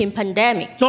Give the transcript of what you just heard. pandemic